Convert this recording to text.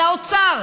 לאוצר.